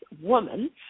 woman